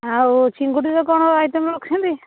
ଆଉ ଚିଙ୍ଗୁଡ଼ିରେ କ'ଣ ଆଇଟମ୍ ରଖିଛନ୍ତି